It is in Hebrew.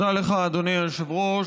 תודה לך, אדוני היושב-ראש.